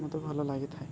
ମୋତେ ଭଲ ଲାଗି ଥାଏ